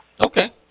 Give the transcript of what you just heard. Okay